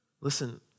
Listen